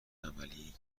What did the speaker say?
عملی